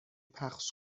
پخش